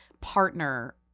partner